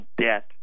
debt